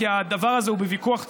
כי הדבר הזה הוא בוויכוח ציבורי,